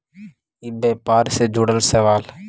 ई व्यापार से जुड़ल सवाल?